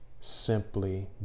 simply